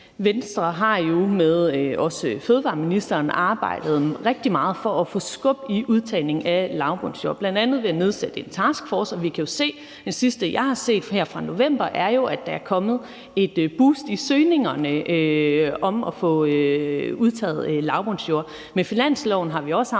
sammen med fødevareministeren arbejdet rigtig meget for at få sat skub i udtagningen af lavbundsjorder, bl.a. ved at nedsætte en taskforce, og det sidste, jeg har set her fra november, er, at der er kommet et boost i ansøgningerne om at få udtaget lavbundsjorder. Med finansloven har vi også afsat